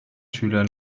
schüler